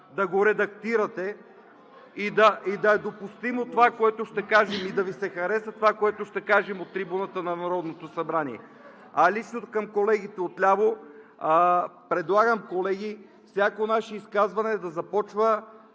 да го редактирате и да е допустимо, да Ви се хареса това, което ще кажем от трибуната на Народното събрание. А лично към колегите отляво – предлагам всяко наше изказване да започва: